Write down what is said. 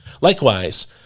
Likewise